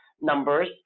numbers